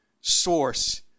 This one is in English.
source